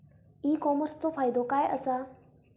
E कॉमर्सचो फायदो काय असा?